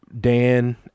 Dan